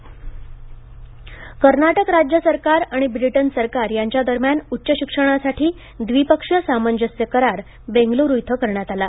कर्नाटक कर्नाटक राज्य सरकार आणि ब्रिटीन सरकार यांच्या दरम्यान उच्च शिक्षणासाठी द्विपक्षीय सामंजस्य करार बेंगलुरु इथं करण्यात आला